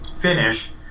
finish